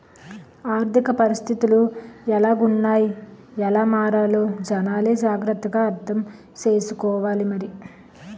ఆర్థిక పరిస్థితులు ఎలాగున్నాయ్ ఎలా మారాలో జనాలే జాగ్రత్త గా అర్థం సేసుకోవాలి మరి